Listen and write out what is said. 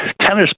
tennis